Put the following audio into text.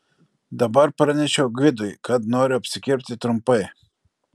dabar pranešiau gvidui kad noriu apsikirpti trumpai